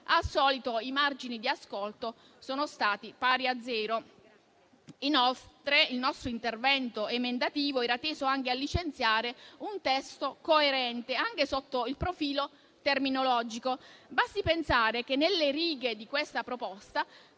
Al solito, i margini di ascolto sono stati pari a zero. Il nostro intervento emendativo era inoltre teso a licenziare un testo coerente anche sotto il profilo terminologico. Basti pensare che nelle righe di tale proposta